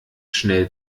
schnell